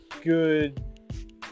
good